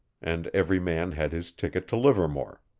and every man had his ticket to livermore.